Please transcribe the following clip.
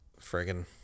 Friggin